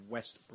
West